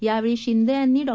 यावेळी शिंदे यांनी डॉ